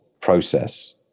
process